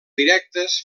directes